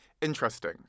Interesting